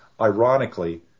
ironically